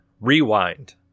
Rewind